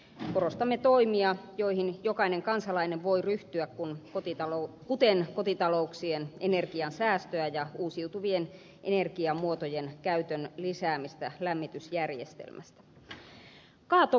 korostamme toimia joihin jokainen kansalainen voi ryhtyä kuten kotitalouksien energian säästöä ja uusiutuvien energiamuotojen käytön lisäämistä lämmitysjärjestelmissä